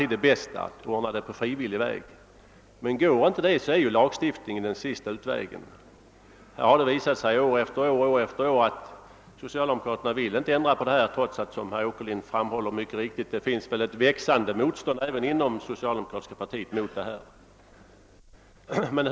Det är alltid det bästa, men går inte det är lagstiftning den sista utvägen. Här har det år efter år visat sig att socialdemokraterna inte vill ändra sin inställning, trots att det — som herr Åkerlind mycket riktigt framhåller — finns ett växande motstånd även inom det socialdemokratiska partiet mot kollektivanslutningen.